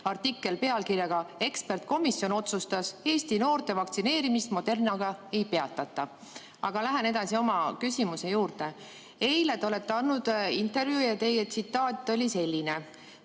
artikkel pealkirjaga "Ekspertkomisjon otsustas: Eestis noorte vaktsineerimist Modernaga ei peatata".Aga lähen edasi oma küsimuse juurde. Eile te andsite intervjuu. Tsitaat on selline: